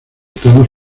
tonos